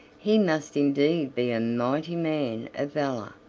he must indeed be a mighty man of valor.